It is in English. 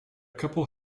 couple